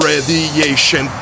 Radiation